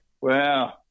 Wow